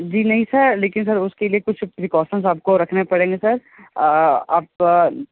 जी नहीं सर लेकिन सर उसके लिए कुछ प्रोकोशंस आपको रखने पड़ेंगे सर आप